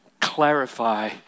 clarify